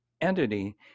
entity